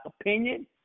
opinion